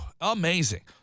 amazing